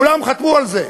כולם חתמו על זה.